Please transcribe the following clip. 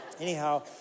anyhow